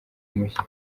mushya